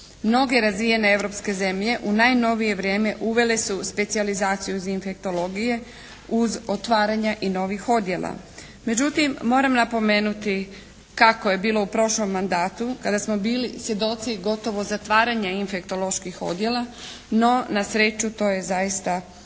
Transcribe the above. Mnoge razvijene europske zemlje u najnovije vrijeme uvele su specijalizaciju za infektologije uz otvaranje i novih odjela. Međutim moram napomenuti kako je bilo u prošlom mandatu kada smo bili svjedoci gotovo zatvaranja infektoloških odjela, no na sreću to je zaista spriječeno